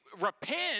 repent